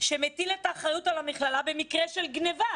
שמטיל את האחריות על המכללה במקרה של גניבה,